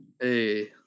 hey